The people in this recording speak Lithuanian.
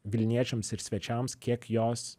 vilniečiams ir svečiams kiek jos